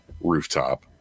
Rooftop